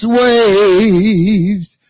waves